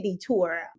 tour